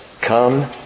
Come